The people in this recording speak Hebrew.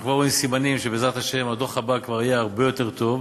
אנחנו כבר רואים סימנים שבעזרת השם הדוח הבא כבר יהיה הרבה יותר טוב,